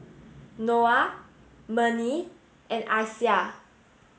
Noah Murni and Aisyah